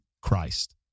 Christ